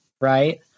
right